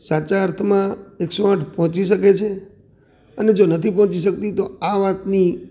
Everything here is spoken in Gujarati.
સાચા અર્થમાં એકસો આઠ પહોંચી શકે છે અને જો નથી પહોંચી શકતી તો આ વાતની